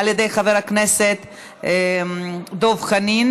כעת נצביע